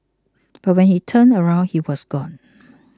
but when he turned around he was gone